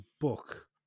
book